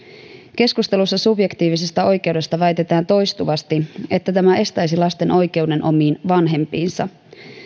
keskustelussa subjektiivisesta oikeudesta väitetään toistuvasti että tämä estäisi lasten oikeuden omiin vanhempiinsa